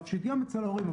גם אצל ההורים,